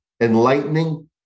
enlightening